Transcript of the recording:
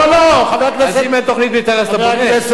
אבל יש